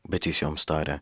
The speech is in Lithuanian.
bet jis joms tarė